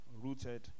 Rooted